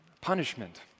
punishment